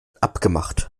abgemacht